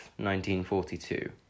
1942